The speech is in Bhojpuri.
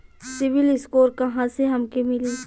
सिविल स्कोर कहाँसे हमके मिली?